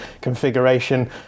configuration